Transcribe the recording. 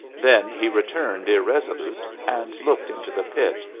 then he returned irresolute, and looked into the pit.